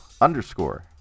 underscore